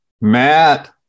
Matt